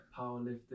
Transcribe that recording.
powerlifting